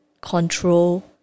control